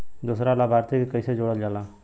दूसरा लाभार्थी के कैसे जोड़ल जाला?